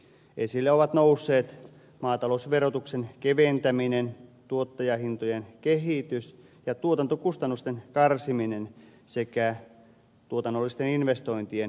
esille ovat nousseet maatalousverotuksen keventäminen tuottajahintojen kehitys ja tuotantokustannusten karsiminen sekä tuotannollisten investointien tärkeys